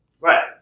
Right